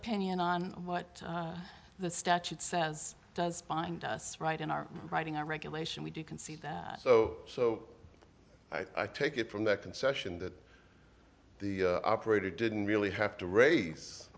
opinion on what the statute says does bind us right in our writing our regulation we do concede that so so i take it from that concession that the operator didn't really have to raise